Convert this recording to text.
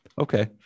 okay